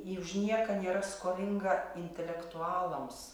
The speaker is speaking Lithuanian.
ji už nieką nėra skolinga intelektualams